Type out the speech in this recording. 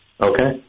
okay